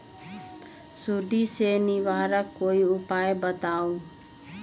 सुडी से निवारक कोई उपाय बताऊँ?